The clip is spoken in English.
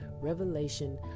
revelation